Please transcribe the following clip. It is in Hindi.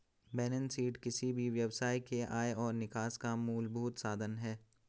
बेलेंस शीट किसी भी व्यवसाय के आय और निकास का मूलभूत साधन है